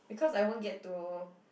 because I won't get to